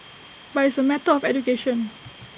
but it's A matter of education